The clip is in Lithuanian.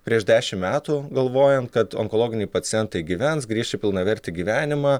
prieš dešimt metų galvojant kad onkologiniai pacientai gyvens grįš į pilnavertį gyvenimą